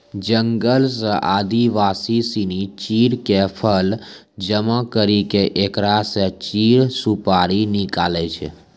जंगल सॅ आदिवासी सिनि चीड़ के फल जमा करी क एकरा स चीड़ सुपारी निकालै छै